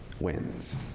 wins